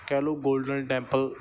ਕਹਿ ਲਓ golden temple